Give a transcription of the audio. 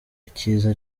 icyiza